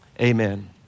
amen